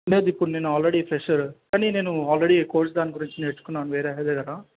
లేదు ఇప్పుడు నేను ఆల్రెడీ ఫ్రెషర్ కానీ నేను ఆల్రెడీ కోర్స్ దాని గురించి నేర్చుకున్నాను వేరే అన్న దగ్గర